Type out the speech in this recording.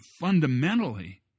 fundamentally